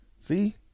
See